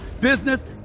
business